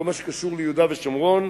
בכל מה שקשור ליהודה ושומרון,